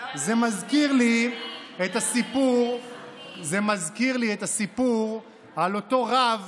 זה מזכיר לי את הסיפור על אותו רב